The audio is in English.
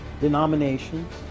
denominations